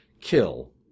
kill